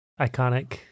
iconic